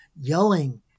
yelling